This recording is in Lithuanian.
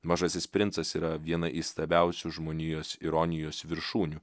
mažasis princas yra viena įstabiausių žmonijos ironijos viršūnių